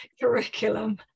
curriculum